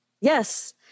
Yes